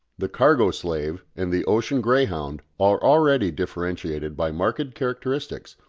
the cargo slave and the ocean greyhound are already differentiated by marked characteristics,